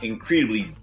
incredibly